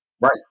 Right